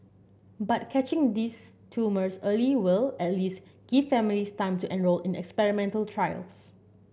but catching these tumours early will at least give families time to enrol in experimental trials